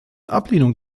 ablehnung